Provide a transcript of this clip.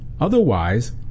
Otherwise